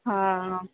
हा